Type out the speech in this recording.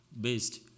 based